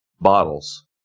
bottles